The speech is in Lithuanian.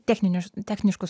techninius techniškus